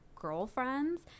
girlfriends